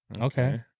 Okay